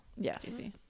Yes